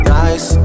nice